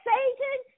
Satan